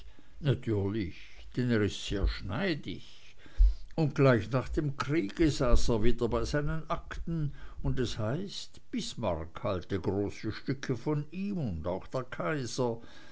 natürlich denn er ist sehr schneidig und gleich nach dem kriege saß er wieder bei seinen akten und es heißt bismarck halte große stücke von ihm und auch der kaiser